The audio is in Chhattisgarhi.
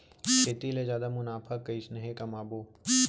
खेती ले जादा मुनाफा कइसने कमाबो?